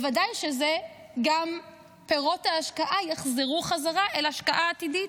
ובוודאי שגם פירות ההשקעה יחזרו חזרה אל השקעה עתידית.